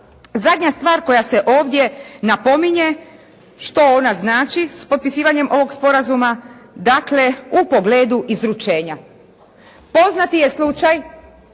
zadnja stvar koja se ovdje napominje što ona znači s potpisivanjem ovog sporazuma dakle u pogledu izručenja? Poznati je slučaj,